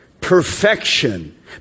Perfection